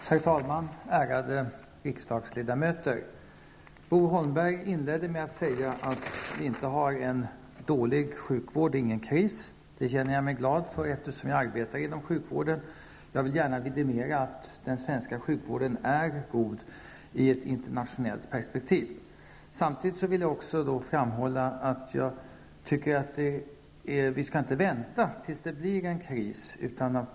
Herr talman, ärade riksdagsledamöter! Bo Holmberg inledde med att säga att vi inte har en dålig sjukvård. Det är ingen kris. Det känner jag mig glad för, eftersom jag arbetar inom sjukvården. Jag vill gärna vidimera att den svenska sjukvården är god i ett internationellt perspektiv. Samtidigt vill jag framhålla att jag tycker att vi inte skall vänta till det blir en kris.